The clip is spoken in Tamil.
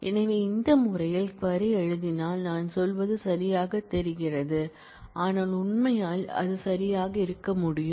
எனவே நான் இந்த முறையில் க்வரி எழுதினால் நான் சொல்வது சரியாகத் தெரிகிறது ஆனால் உண்மையில் அது சரியாக இருக்க முடியும்